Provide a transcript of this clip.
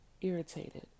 irritated